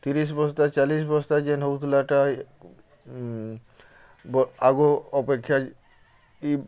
ତିରିଶ୍ ବସ୍ତା ଚାଲିଶ୍ ବସ୍ତା ଯେନ୍ ହେଉଥିଲାଟା ଆଗ ଅପେକ୍ଷା ଇ